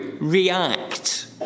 react